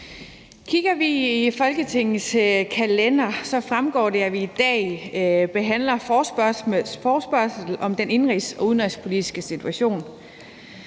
Kigger vi i Folketingets kalender, fremgår det, at vi i dag behandler forespørgsel »Om den indenrigs- og udenrigspolitiske situation«.